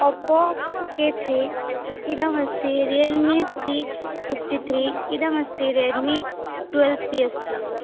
Oppo K three इदमस्ति Realme C fifty three इदमस्ति Redmi twelve C S P